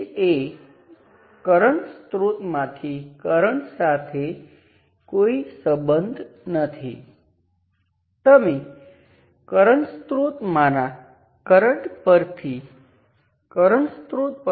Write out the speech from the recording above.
તેથી ચાલો કહીએ કે આ કેસ છે આ કેટલીક કાલ્પનિક પરિસ્થિતિ છે જેનો ઉપયોગ હું સમજાવવા માટે કરી રહ્યો છું ફરીથી આપણી પાસે નોડ છે આપણી પાસે નોડ સાથે જોડાયેલ n શાખાઓ છે અને તેમાંથી n 1 માટે આપણી પાસે સમાન દિશામાં વોલ્ટેજ સ્ત્રોત છે